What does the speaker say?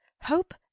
hope